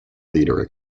leader